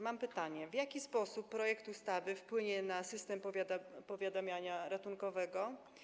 Mam pytanie: W jaki sposób projekt ustawy wpłynie na system powiadamiania ratunkowego?